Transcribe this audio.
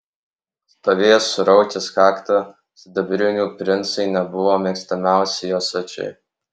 stovėjo suraukęs kaktą sidabrinių princai nebuvo mėgstamiausi jo svečiai